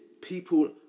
people